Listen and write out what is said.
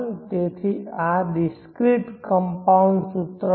તેથી આ discrete compound સૂત્ર હશે